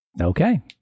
Okay